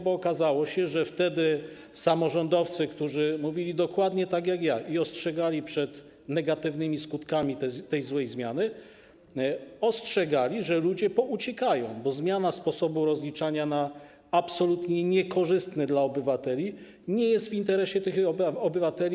Bo okazało się, że wtedy samorządowcy, którzy mówili dokładnie tak jak ja, ostrzegali przed negatywnymi skutkami tej złej zmiany, przed tym, że ludzie pouciekają, bo zmiana sposobu rozliczania na absolutnie niekorzystny dla obywateli nie jest w interesie tych obywateli.